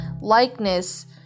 likeness